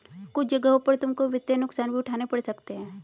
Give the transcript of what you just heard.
कुछ जगहों पर तुमको वित्तीय नुकसान भी उठाने पड़ सकते हैं